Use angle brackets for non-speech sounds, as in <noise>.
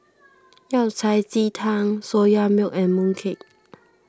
<noise> Yao Cai Ji Tang Soya Milk and Mooncake